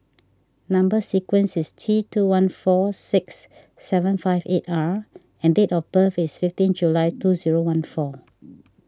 Number Sequence is T two one four six seven five eight R and date of birth is fifteen July two zero one four